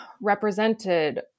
represented